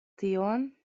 tion